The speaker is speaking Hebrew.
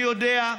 אני יודע,